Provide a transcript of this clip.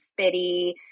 spitty